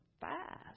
fast